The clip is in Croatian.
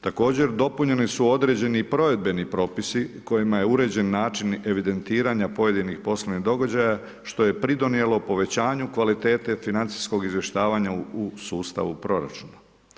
Također dopunjeni su određeni provedbeni propisi kojima je uređen način evidentiranja pojedinih poslovnih događaja, što je pridonijelo povećanju kvalitete financijskog izvještavanja u sustavu proračuna.